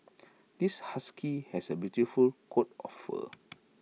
this husky has A beautiful coat of fur